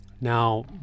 Now